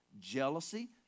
jealousy